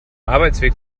arbeitsweg